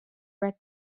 red